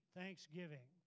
thanksgiving